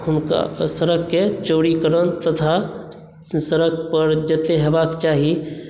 हुनका सड़ककेँ चौड़ीकरण तथा सड़क पर जते होयबाक चाही